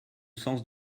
sens